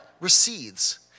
recedes